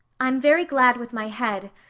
i'm very glad with my head.